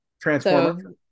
transformer